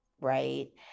right